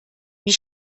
wie